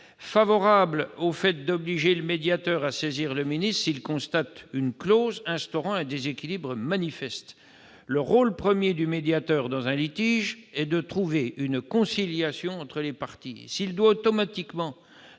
défavorable à l'idée d'obliger le médiateur à saisir le ministre s'il constate une clause instaurant un déséquilibre manifeste. Le rôle premier du médiateur dans un litige est de trouver une conciliation entre les parties. S'il doit automatiquement